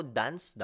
dance